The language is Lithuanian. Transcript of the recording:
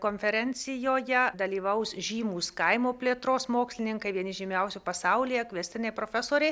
konferencijoje dalyvaus žymūs kaimo plėtros mokslininkai vieni žymiausių pasaulyje kviestiniai profesoriai